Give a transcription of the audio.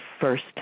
first